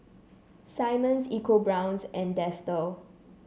Simmons ecoBrown's and Dester